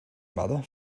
mother